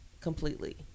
completely